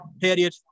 period